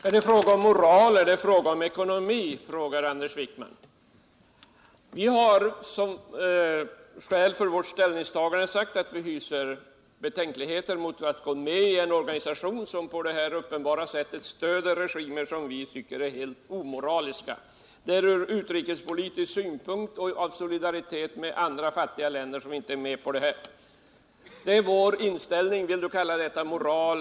Herr talman! Är det fråga om moral eller ekonomi. frågar Anders Wiikman. Vi har som skäl för vårt ställningstagande sagt att vi hyser betänkligheter mot att vara med i en organisation som på det här uppenbara sättet stöder regimer som vi tycker är helt omoraliska, Det är ur utrikespolitisk synpunkt och av solidaritet med fattiga länder som vi inte är med på detta! Det är vår inställning. Det är.